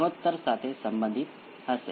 તેથી પછી જે થાય અહી p 1 અને p 2 બંને સરખા છે